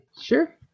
Sure